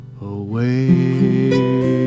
away